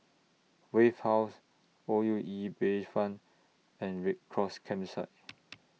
Wave House O U E Bayfront and Red Cross Campsite